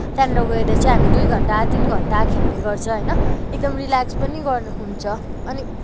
त्यहाँनिर गएर चाहिँ हामी दुई घन्टा तिन घन्टा खेल्ने गर्छ होइन एकदम रिलेक्स पनि गर्न हुन्छ अनि